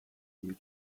new